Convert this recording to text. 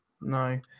No